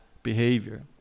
behavior